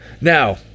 now